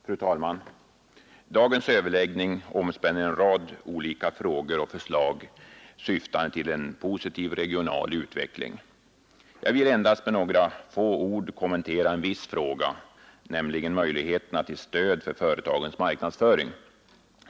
Fru talman! Dagens överläggning omspänner en rad olika frågor och förslag syftande till en positiv regional utveckling. Jag vill endast med några få ord kommentera en viss fråga, nämligen möjligheterna till stöd för företagens marknadsföring.